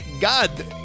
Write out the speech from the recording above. God